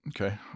Okay